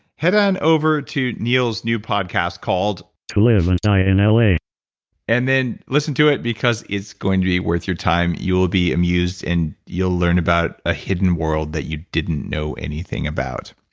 head on over to neil's new podcast called. to live and die in l a and then listen to it because it's going to be worth your time. you'll be amused and you'll learn about a hidden world that you didn't know anything about.